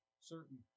certain